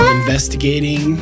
investigating